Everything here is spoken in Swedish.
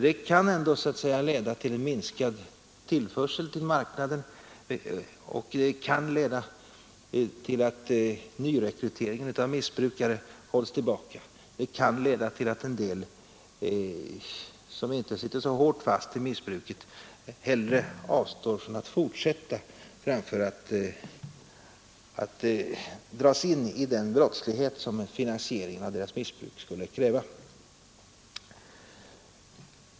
Detta kan ändå leda till en minskande tillförsel till marknaden, till att nyrekryteringen av missbrukare hålls tillbaka och till att en del, som inte sitter så hårt fast i missbruket, hellre avstår från att fortsätta än att dras in i den brottslighet som finansieringen av deras missbruk skulle kräva.